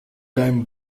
time